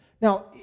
Now